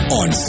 on